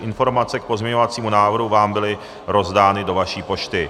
Informace k pozměňovacímu návrhu vám byly rozdány do vaší pošty.